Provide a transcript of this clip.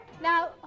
now